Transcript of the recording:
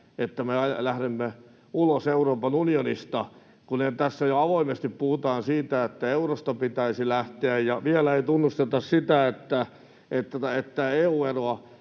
että me lähdemme ulos Euroopan unionista, kun tässä jo avoimesti puhutaan siitä, että eurosta pitäisi lähteä. Vielä ei tunnusteta sitä, että EU-euroa